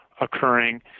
occurring